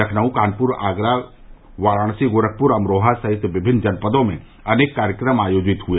लखनऊ कानपुर आगरा वाराणसी गोरखपुर अमरोहा सहित विभिन्न जनपदों में वाल्मीकि जयन्ती पर कार्यक्रम आयोजित हुए